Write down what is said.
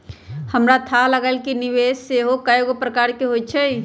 हमरा थाह लागल कि निवेश सेहो कएगो प्रकार के होइ छइ